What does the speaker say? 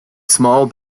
small